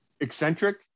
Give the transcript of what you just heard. eccentric